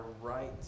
right